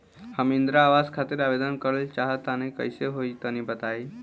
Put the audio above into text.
हम इंद्रा आवास खातिर आवेदन करल चाह तनि कइसे होई तनि बताई?